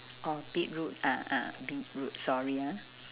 oh beetroot ah ah beetroot sorry ah